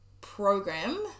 program